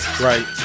right